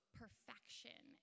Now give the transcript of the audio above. perfection